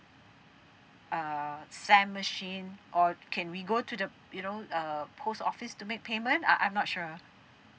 err S_A_M machine or can we go to the you know uh post office to make payment ah I'm not sure